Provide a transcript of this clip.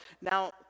Now